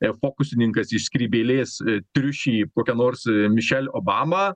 fokusininkas iš skrybėlės triušį kokią nors mišel obamą